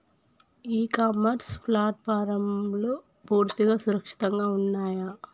ఇ commerce ప్లాట్ఫారమ్లు పూర్తిగా సురక్షితంగా ఉన్నయా?